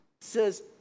says